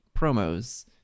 promos